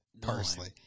parsley